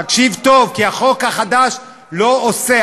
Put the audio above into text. תקשיב טוב, כי החוק החדש לא עושה.